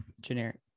generic